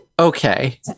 Okay